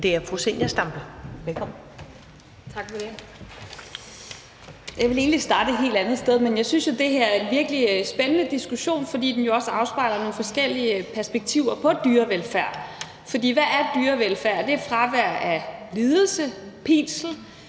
(Ordfører) Zenia Stampe (RV): Tak for det. Jeg ville egentlig starte et helt andet sted, men jeg synes jo, at det her er en virkelig spændende diskussion, fordi den jo også afspejler nogle forskellige perspektiver på dyrevelfærd. For hvad er dyrevelfærd? Er det fravær af lidelse og pinsel,